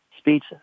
Speech